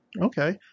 okay